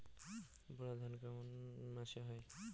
বোরো ধান কোন মাসে করা হয়?